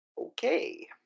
Okay